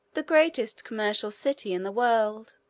the greatest commercial city in the world,